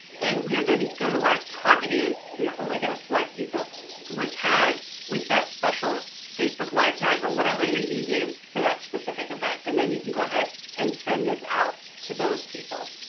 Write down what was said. and we are gonna go to our targeting, we are only gonna select people who were tagged with that special facebook live tag or whatever you're using for that specific event, and then you can go ahead and send this out to those people.